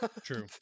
True